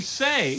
say